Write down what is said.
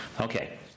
Okay